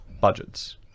budgets